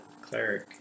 cleric